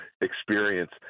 experience